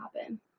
happen